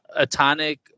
atonic